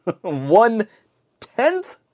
One-tenth